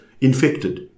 infected